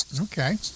Okay